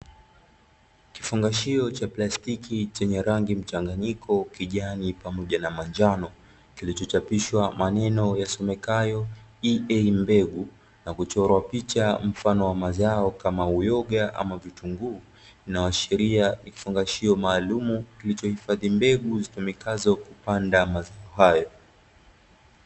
Kifungashio cha plastiki chenye rangi mchanganyiko kijani pamoja na manjano kilichochapishwa maneno yasomekayo ¨EA mbegu¨ na kuchorwa picha mfano wa mazao kama uyoga ama vitunguu, inayoashiria ni kifungashio maalumu kilichohifadhi mbegu zitumikazo kupanda mazao hayo.